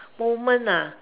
moment ah